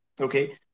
okay